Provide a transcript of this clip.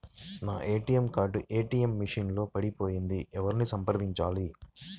నా ATM card ATM machine లో పడిపోయింది ఎవరిని సంప్రదించాలి?